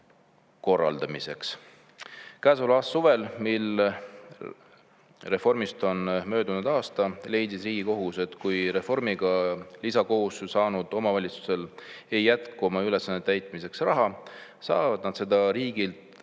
korraldamiseks. Käesoleva aasta suvel, mil reformist on möödunud aasta, leidis Riigikohus, et kui reformiga lisakohustusi saanud omavalitsusel ei jätku oma ülesannete täitmiseks raha, saavad nad seda riigilt